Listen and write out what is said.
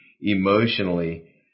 emotionally